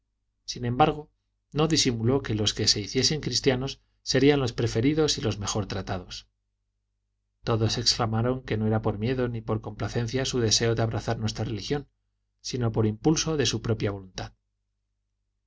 sin embargo no disimuló que los que se hiciesen cristianos serían los preferidos y los mejor tratados todos exclamaron que no era por miedo ni por complacencia su deseo de abrazar nuestra religión sino por impulso de su propia voluntad